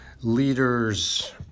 leaders